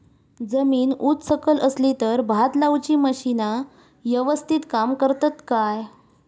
जमीन उच सकल असली तर भात लाऊची मशीना यवस्तीत काम करतत काय?